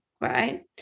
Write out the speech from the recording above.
right